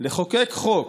לחוקק חוק